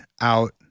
out